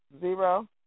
Zero